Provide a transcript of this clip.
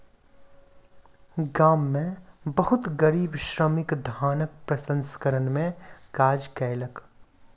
गाम में बहुत गरीब श्रमिक धानक प्रसंस्करण में काज कयलक